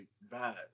bad